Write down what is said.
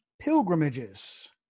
pilgrimages